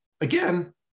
again